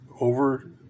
over